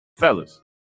Fellas